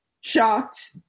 shocked